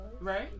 Right